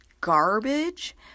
garbage